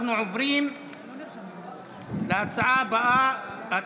אנחנו עוברים להצעה הבאה,